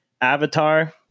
Avatar